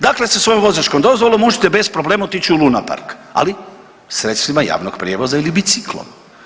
Dakle sa svojom vozačkom dozvolom možete bez problema otići u lunapark, ali sredstvima javnog prijevoza ili biciklom.